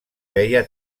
veia